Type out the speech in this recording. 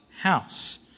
house